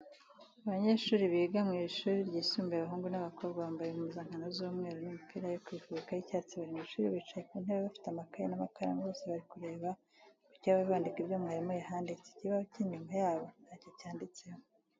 Abanyeshuri biga w'ishuri ryisumbuye abahungu n'abakobwa bambaye impuzankano z'umweru n'imipira yo kwifubika y'icyatsi bari mw'ishuri bicaye ku ntebe bafite amakaye n'amakaramu bose barimo kureba ku kibaho bandika ibyo mwarimu yahanditse, ikibaho cy'inyuma yabo nacyo cyanditseho.